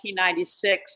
1996